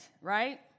right